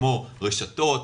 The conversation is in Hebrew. כמו: רשתות,